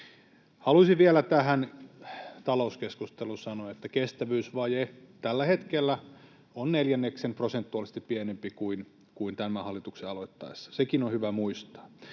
Haluaisin vielä tähän talouskeskusteluun sanoa, että kestävyysvaje tällä hetkellä on prosentuaalisesti neljänneksen pienempi kuin tämän hallituksen aloittaessa. Sekin on hyvä muistaa.